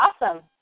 Awesome